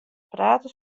prate